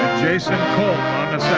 jason coult